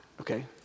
okay